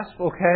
okay